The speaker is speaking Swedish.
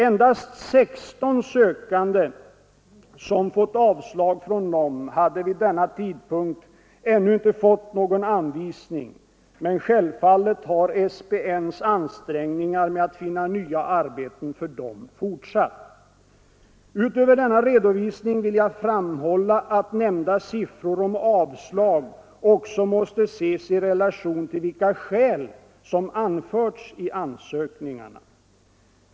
Endast 16 sökande som fått avslag från NOM hade vid denna tidpunkt ännu inte fått någon anvisning, men självfallet har SPN :s ansträngningar med att finna nya arbeten för dem fortsatt. Utöver denna redovisning vill jag framhålla att nämnda siffror om avslag också måste ses i relation till vilka skäl som anförts i ansökningarna.